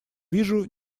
вижу